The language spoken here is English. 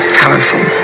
powerful